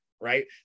right